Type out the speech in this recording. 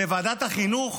בוועדת החינוך